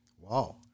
Wow